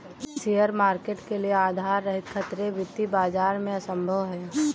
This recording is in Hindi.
शेयर मार्केट के लिये आधार रहित खतरे वित्तीय बाजार में असम्भव हैं